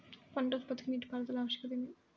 పంట ఉత్పత్తికి నీటిపారుదల ఆవశ్యకత ఏమి?